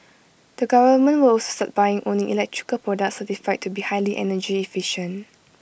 the government will also start buying only electrical products certified to be highly energy efficient